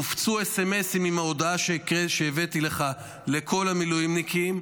הופצו מסרונים עם ההודעה שהבאתי לך לכל המילואימניקים,